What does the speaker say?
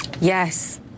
yes